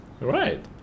right